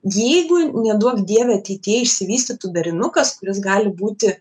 jeigu neduok dieve ateityje išsivystytų darinukas kuris gali būti